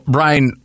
Brian